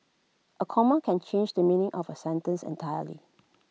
A comma can change the meaning of A sentence entirely